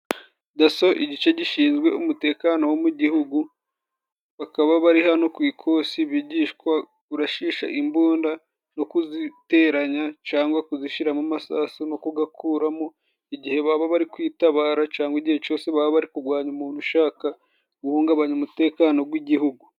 Daso igice gishinzwe umutekano wo mu gihugu, bakaba bari hano ku ikosi bigishwa kurashisha imbunda no kuziteranya, cangwa kuzishiramo amasasu no kugakuramo igihe baba bari kwitabara, cangwa igihe cose baba bari kugwanya umuntu ushaka guhungabanya umutekano gw'igihugu.